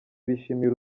bishimiye